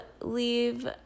leave